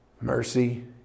Mercy